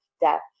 death